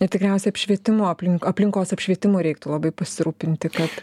ir tikriausiai apšvietimo aplink aplinkos apšvietimu reiktų labai pasirūpinti kad